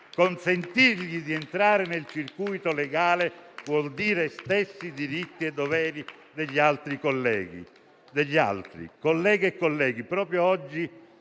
consentire loro di entrare nel circuito legale vuol dire stessi diritti e doveri degli altri. Colleghe